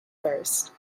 first